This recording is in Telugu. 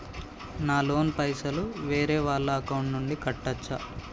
నా లోన్ పైసలు వేరే వాళ్ల అకౌంట్ నుండి కట్టచ్చా?